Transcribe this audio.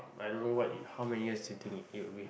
I don't know what how many years you think it'll be